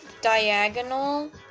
diagonal